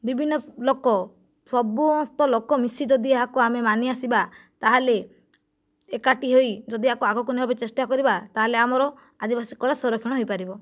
ବିଭିନ୍ନ ଲୋକ ସମସ୍ତେ ଲୋକ ମିଶି ଯଦି ଏହାକୁ ଆମେ ମାନି ଆସିବା ତା'ହେଲେ ଏକାଠି ହୋଇ ଯଦି ୟାକୁ ଆଗକୁ ନେବା ପାଇଁ ଚେଷ୍ଟା କରିବା ତା'ହେଲେ ଆମର ଆଦିବାସୀ କଳା ସୁରକ୍ଷଣ ହୋଇପାରିବ